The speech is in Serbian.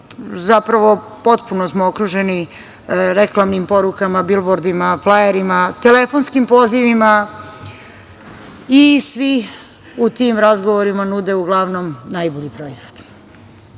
Zapravo, potpuno smo okruženi reklamnim porukama, bilbordima, flajerima, telefonskim pozivima i svi u tim razgovorima nude uglavnom najbolji proizvod. Trebalo